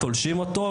תולשים אותו,